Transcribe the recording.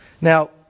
Now